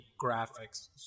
graphics